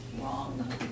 wrong